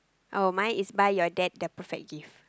our mind is buy your dad the perfect gift